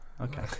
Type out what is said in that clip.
Okay